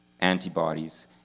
antibodies